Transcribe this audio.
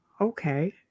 okay